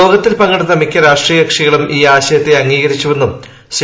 യോഗത്തിൽ പങ്കെടുത്ത മിക്ക രാഷ്ട്രീയ കക്ഷികളും ഈ ആശയത്തെ അംഗീകരിച്ചുവെന്നും ശ്രീ